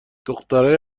دخترای